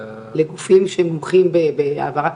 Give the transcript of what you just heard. לגופים שמומחים בהעברת